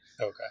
Okay